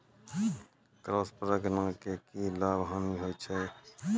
Cross परागण के की लाभ, हानि होय छै?